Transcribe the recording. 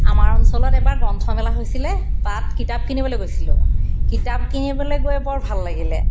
আমাৰ অঞ্চলত এবাৰ গ্ৰন্থমেলা হৈছিলে তাত কিতাপ কিনিবলৈ গৈছিলোঁ কিতাপ কিনিবলৈ গৈ বৰ ভাল লাগিলে